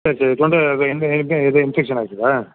சரி சரி தொண்டை இன்பெக்ஷன் ஆச்சுதா